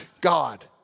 God